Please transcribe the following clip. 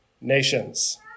nations